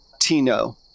Tino